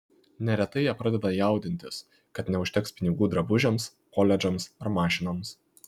neretai jie pradeda jaudintis kad neužteks pinigų drabužiams koledžams ar mašinoms